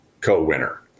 co-winner